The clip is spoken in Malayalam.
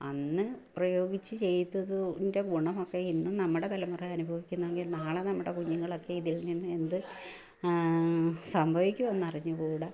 അന്ന് പ്രയോഗിച്ച് ചെയ്തതിൻ്റെ ഗുണമൊക്കെ ഇന്നു നമ്മുടെ തലമുറ അനുഭവിക്കുന്നുവെങ്കിൽ നാളെ നമ്മുടെ കുഞ്ഞുങ്ങളൊക്കെ ഇതിൽ നിന്ന് എന്തു സംഭവിക്കുമെന്ന് അറിഞ്ഞുകൂടാ